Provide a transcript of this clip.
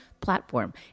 platform